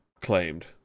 claimed